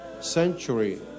century